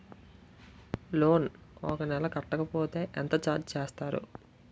Loan ఒక నెల కట్టకపోతే ఎంత ఛార్జ్ చేస్తారు?